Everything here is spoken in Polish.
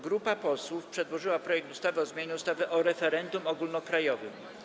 Grupa posłów przedłożyła projekt ustawy o zmianie ustawy o referendum ogólnokrajowym.